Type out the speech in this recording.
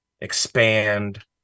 Expand